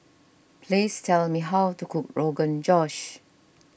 please tell me how to cook Rogan Josh